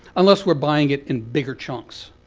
unless we're buying it in bigger chunks.